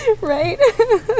Right